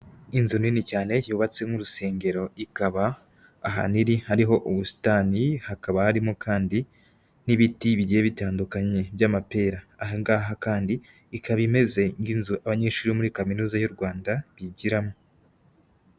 Inzu nini cyane yubatse nk'urusengero ikaba ahantu iri hariho ubusitani hakaba harimo kandi n'ibiti bigiye bitandukanye by'amapera, ahangaha kandi ikaba imeze nk'inzu abanyeshuri bo muri kaminuza y'u Rwanda bigiramo.